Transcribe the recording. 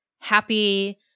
happy